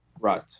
Right